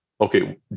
okay